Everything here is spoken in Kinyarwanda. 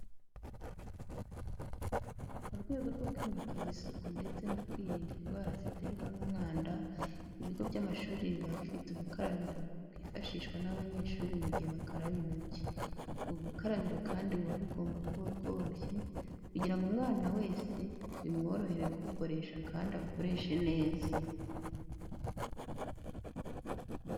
Mu rwego rwo kwimakaza isuku ndetse no kwirinda indwara ziterwa n'umwanda, ibigo by'amashuri biba bifite ubukarabiro bwifashishwa n'amanyeshuri mu gihe bakaraba intoki. Ubu bukarabiro kandi buba bugomba kuba bworoshye kugira ngo umwana wese bimworohere kubukoresha kandi abukoreshe neza.